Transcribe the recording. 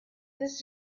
this